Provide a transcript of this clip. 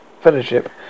fellowship